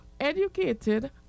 educated